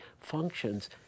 functions